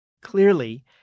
Clearly